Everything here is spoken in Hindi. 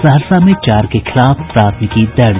सहरसा में चार के खिलाफ प्राथमिकी दर्ज